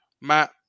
Matt